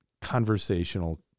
conversational